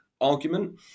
argument